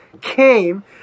came